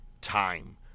time